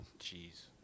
Jeez